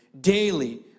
daily